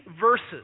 verses